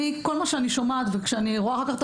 כל מה שאני שומעת כשאני רואה אחר כך את